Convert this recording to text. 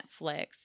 Netflix